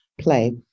play